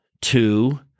Two